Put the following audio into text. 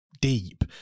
deep